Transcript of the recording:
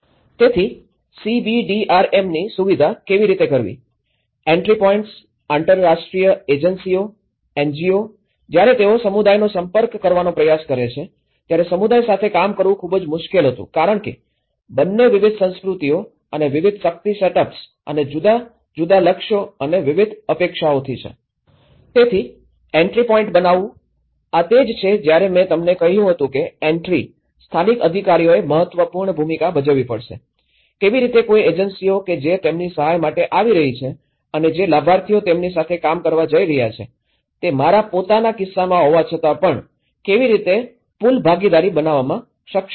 તેથી સીબીડીઆરએમ ની સુવિધા કેવી રીતે કરવી એન્ટ્રી પોઇન્ટ્સ આંતરરાષ્ટ્રીય એનજીઓ જ્યારે તેઓ સમુદાયનો સંપર્ક કરવાનો પ્રયાસ કરે છે ત્યારે સમુદાય સાથે કામ કરવું ખૂબ મુશ્કેલ હતું કારણ કે બંને વિવિધ સંસ્કૃતિઓ અને વિવિધ શક્તિ સેટઅપ્સ અને જુદા જુદા લક્ષ્યો અને વિવિધ અપેક્ષાઓથી છે તેથી એન્ટ્રી પોઇન્ટ બનાવવું આ તે જ છે જ્યારે મેં તમને કહ્યું હતું કે એન્ટ્રી સ્થાનિક અધિકારીઓએ મહત્વપૂર્ણ ભૂમિકા ભજવવી પડશે કેવી રીતે કોઈ એજન્સીઓ કે જે તેમની સહાય માટે આવી રહી છે અને જે લાભાર્થીઓ તેમની સાથે કામ કરવા જઈ રહ્યા છે તે મારા પોતાના કિસ્સામાં હોવા છતાં પણ કેવી રીતે પુલ ભાગીદારી બનાવવામાં સક્ષમ છે